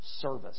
service